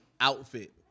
outfit